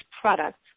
products